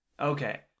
Okay